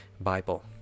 Bible